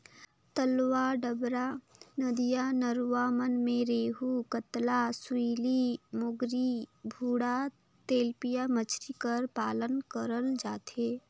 तलवा डबरा, नदिया नरूवा मन में रेहू, कतला, सूइली, मोंगरी, भुंडा, तेलपिया मछरी कर पालन करल जाथे